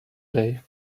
day